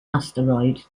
asteroid